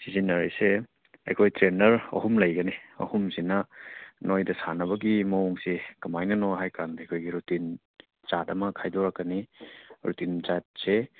ꯁꯤꯖꯤꯟꯅꯔꯤꯁꯦ ꯑꯩꯈꯣꯏ ꯇ꯭ꯔꯦꯟꯅꯔ ꯑꯍꯨꯝ ꯂꯩꯒꯅꯤ ꯑꯍꯨꯝꯁꯤꯅ ꯅꯈꯣꯏꯗ ꯁꯥꯟꯅꯕꯒꯤ ꯃꯑꯣꯡꯁꯦ ꯀꯃꯥꯏꯅꯅꯣ ꯍꯥꯏꯕꯀꯥꯟꯗ ꯑꯩꯈꯣꯏꯒꯤ ꯔꯨꯇꯤꯟ ꯆꯥꯠ ꯑꯃ ꯈꯥꯏꯗꯣꯔꯛꯀꯅꯤ ꯔꯨꯇꯤꯟ ꯆꯥꯠꯁꯦ